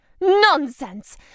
Nonsense